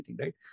right